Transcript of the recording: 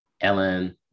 Ellen